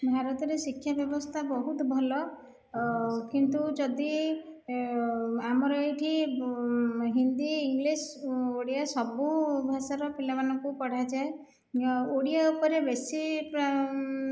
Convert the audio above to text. ଭାରତରେ ଶିକ୍ଷା ବ୍ୟବସ୍ଥା ବହୁତ ଭଲ କିନ୍ତୁ ଯଦି ଆମର ଏଠି ହିନ୍ଦୀ ଇଂଲିଶ ଓଡ଼ିଆ ସବୁ ଭାଷାର ପିଲାମାନଙ୍କୁ ପଢ଼ାଯାଏ ଓଡ଼ିଆ ଉପରେ ବେଶୀ